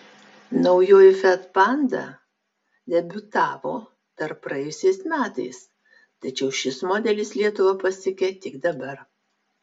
naujoji fiat panda debiutavo dar praėjusiais metais tačiau šis modelis lietuvą pasiekė tik dabar